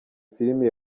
filimi